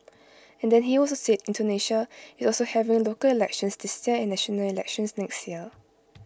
and then he also said Indonesia is also having local elections this year and national elections next year